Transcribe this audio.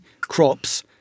crops